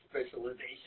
specialization